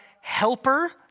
helper